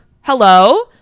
hello